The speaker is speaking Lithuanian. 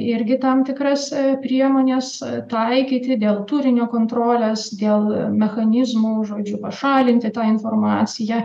irgi tam tikras priemones taikyti dėl turinio kontrolės dėl mechanizmų žodžiu pašalinti tą informaciją